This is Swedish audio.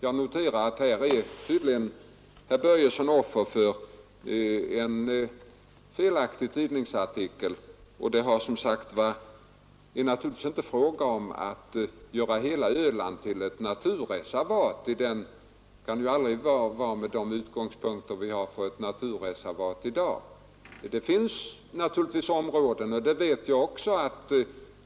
Jag noterar att herr Börjesson här tydligen är offer för en felaktig tidningsartikel. Med de utgångspunkter vi i dag har för ett naturreservat är det naturligtvis inte fråga om att göra hela Öland till ett naturreservat.